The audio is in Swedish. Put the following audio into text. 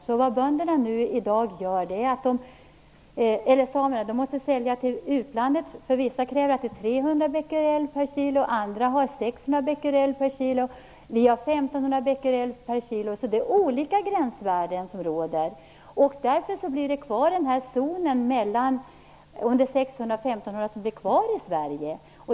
Samerna måste nu sälja till utlandet. Vissa har gränsen 300 becquerel per kg, andra 600 bequerell per kg, vi har 1 500 bequerell per kg. Zonen mellan 600 och 1 500 blir kvar i Sverige.